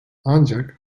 ancak